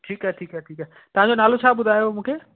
ठीकु आहे ठीकु आहे ठीकु आहे तव्हांजो नालो छा ॿुधायव मूंखे